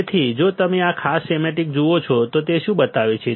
તેથી જો તમે આ ખાસ સ્કેમેટિક જુઓ છો તો તે શું બતાવે છે